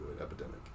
epidemic